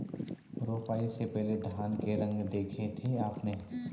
रोपाई से पहले धान के रंग देखे थे आपने?